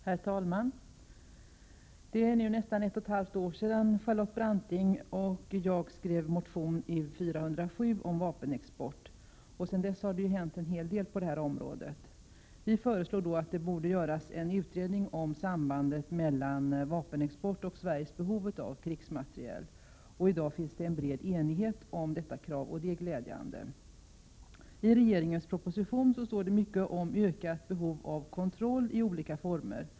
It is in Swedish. Herr talman! Det är nu nästan ett och ett halvt år sedan Charlotte Branting och jag skrev motion 1986/87:U407 om vapenexport. Sedan dess har det hänt en hel del på det här området. Vi föreslog då att det borde göras en utredning om sambandet mellan vapenexporten och Sveriges behov av krigsmateriel. I dag finns det en bred enighet kring detta krav, och det är glädjande. I regeringens proposition talas det mycket om ett ökat behov av kontroll i olika former.